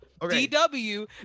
DW